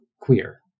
queer